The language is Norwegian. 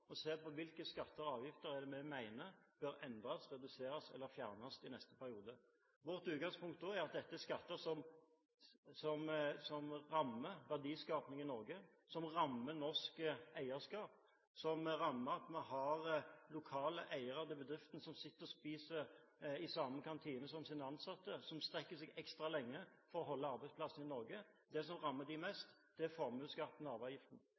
se på hvilke skatter og avgifter vi mener bør endres, reduseres eller fjernes i neste periode. Vårt utgangspunkt er at dette er skatter som rammer verdiskapningen i Norge, som rammer norsk eierskap, som rammer lokale bedriftseiere som sitter og spiser i samme kantine som sine ansatte, og som strekker seg ekstra langt for å holde arbeidsplassene i Norge. Det som rammer dem hardest, er formuesskatten